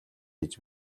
хийж